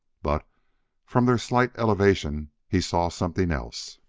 but from their slight elevation he saw something else.